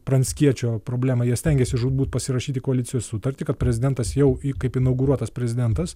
pranckiečio problemą jie stengiasi žūtbūt pasirašyti koalicijos sutartį kad prezidentas jau kaip inauguruotas prezidentas